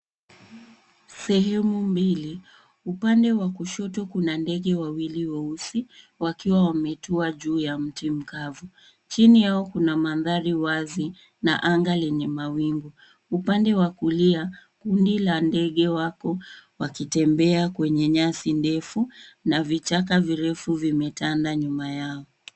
Sehemu mbili, upande wa kushoto kuna ndege wawili weusi wakiwa wametua juu ya mti mkavu, chini yao kuna mandhari wazi na anga lenye mawingu, upande wa kulia, kundi la ndege wako wakitembea kwenye nyasi ndefu na vichaka virefu vimetanda nyuma yao.